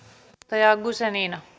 arvoisa